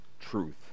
truth